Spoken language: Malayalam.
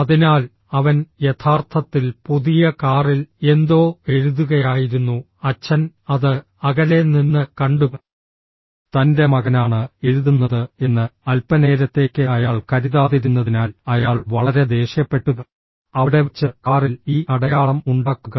അതിനാൽ അവൻ യഥാർത്ഥത്തിൽ പുതിയ കാറിൽ എന്തോ എഴുതുകയായിരുന്നു അച്ഛൻ അത് അകലെ നിന്ന് കണ്ടു തൻ്റെ മകനാണ് എഴുതുന്നത് എന്ന് അൽപ്പനേരത്തേക്ക് അയാൾ കരുതാതിരുന്നതിനാൽ അയാൾ വളരെ ദേഷ്യപ്പെട്ടു അവിടെവെച്ച് കാറിൽ ഈ അടയാളം ഉണ്ടാക്കുക